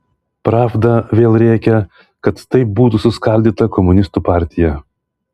pravda vėl rėkia kad taip būtų suskaldyta komunistų partija